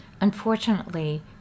Unfortunately